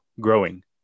growing